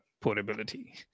portability